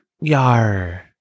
Yar